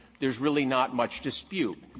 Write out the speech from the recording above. there's really not much dispute.